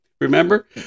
Remember